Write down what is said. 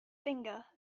finger